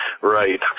Right